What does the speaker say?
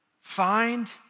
Find